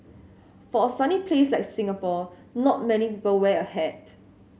for a sunny place like Singapore not many people wear a hat